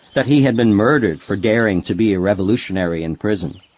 that he had been murdered for daring to be a revolutionary in prison.